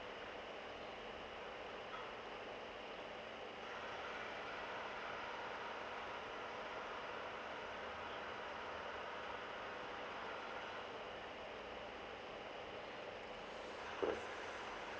mm